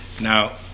Now